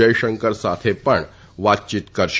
જયશંકર સાથે પણ વાતચીત કરશે